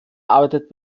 arbeitet